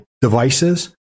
devices